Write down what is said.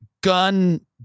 gun